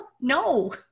No